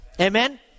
Amen